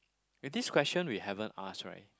eh this question we haven't ask right